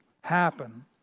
happen